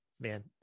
man